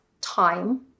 time